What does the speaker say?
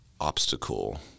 obstacle